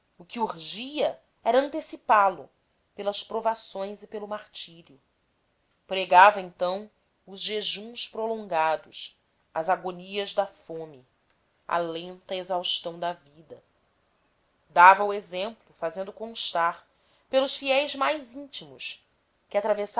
e todas as abominações o que urgia era antecipálo pelas provações e pelo martírio pregava então os jejuns prolongados as agonias da fome a lenta exaustão da vida dava o exemplo fazendo constar pelos fiéis mais íntimos que atravessava